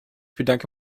bedanke